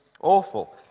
Awful